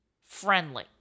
friendly